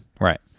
Right